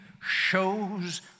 shows